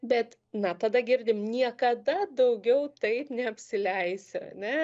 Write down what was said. bet na tada girdim niekada daugiau taip neapsileisiu ane